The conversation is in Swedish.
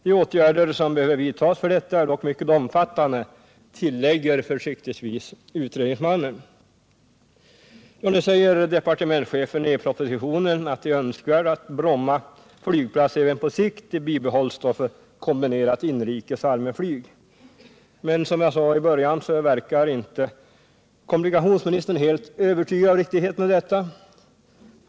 De åtgärder som behöver vidtas för detta är dock mycket omfattande, tillägger försiktigtvis utredningsmannen. Departementschefen säger i propositionen att det är önskvärt att Bromma flygplats även på sikt bibehålls för kombinerat inrikesoch allmänflyg. Men som jag sade i början verkar inte kommunikationsministern helt övertygad om detta.